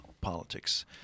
politics